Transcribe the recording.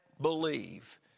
believe